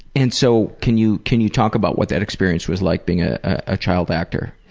and so can you can you talk about what that experience was like being a ah child actor?